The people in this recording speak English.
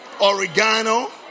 Oregano